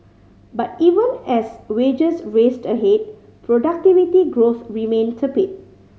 but even as wages raced ahead productivity growth remained tepid